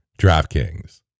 DraftKings